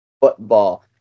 football